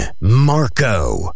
Marco